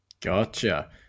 Gotcha